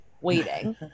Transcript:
waiting